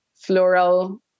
floral